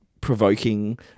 provoking